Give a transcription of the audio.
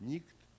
Nikt